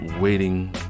waiting